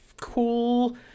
cool